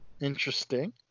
Interesting